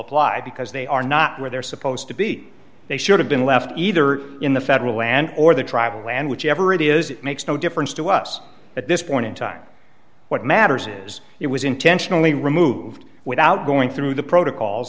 apply because they are not where they're supposed to be they should have been left either in the federal land or the tribal land whichever it is it makes no difference to us at this point in time what matters is it was intentionally removed without going through the protocols